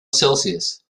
celsius